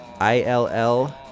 ill